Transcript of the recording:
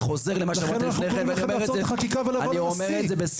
לכן הפצרנו בכם לעצור את החקיקה ולבוא להתדיין אצל הנשיא.